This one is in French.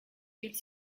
quelle